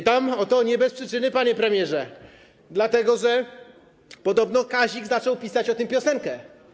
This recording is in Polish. Pytam o to nie bez przyczyny, panie premierze, dlatego że podobno Kazik zaczął pisać o tym piosenkę.